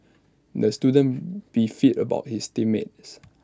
the student beefed about his team mates